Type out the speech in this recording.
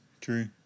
true